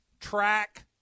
Track